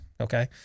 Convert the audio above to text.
Okay